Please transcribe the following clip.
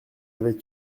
avait